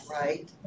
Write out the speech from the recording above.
right